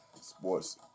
sports